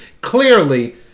Clearly